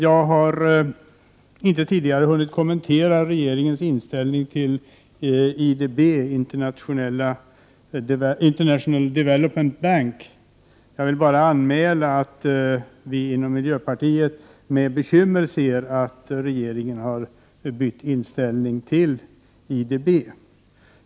Jag har inte tidigare hunnit kommentera regeringens inställning till IDB, International Development Bank. Jag vill bara anmäla att vi inom miljöpartiet med bekymmer ser att socialdemokratin har ändrat inställning till IDB.